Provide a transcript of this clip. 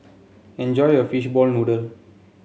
enjoy your Fishball Noodle